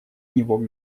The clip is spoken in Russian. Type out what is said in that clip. него